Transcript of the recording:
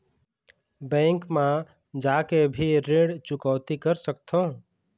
Bank मा जाके भी ऋण चुकौती कर सकथों?